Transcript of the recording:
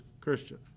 Christian